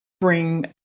bring